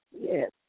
yes